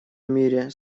мире